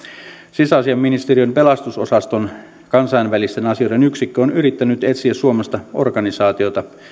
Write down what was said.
sisäasiainministeriön pelastusosaston kansainvälisten asioiden yksikkö on yrittänyt etsiä suomesta organisaatiota